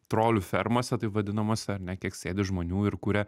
trolių fermose taip vadinamose ar ne kiek sėdi žmonių ir kuria